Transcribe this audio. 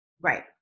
Right